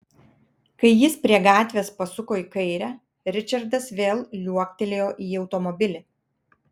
kai jis prie gatvės pasuko į kairę ričardas vėl liuoktelėjo į automobilį